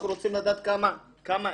אנחנו רוצים לדעת כמה אין